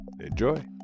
Enjoy